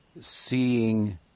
seeing